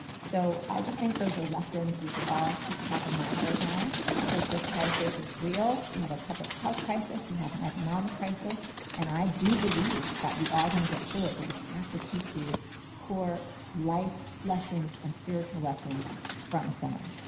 so i just think those are lessons we should all keep top of mind right now because this crisis is real. we have a public health crisis, we have an economic crisis and i do believe that we are going to get through it, but we have to keep these core life lessons and spiritual lessons front and center.